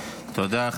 תודה.